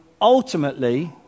ultimately